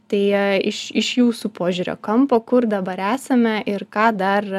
tai iš iš jūsų požiūrio kampo kur dabar esame ir ką dar